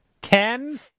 Ken